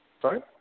Sorry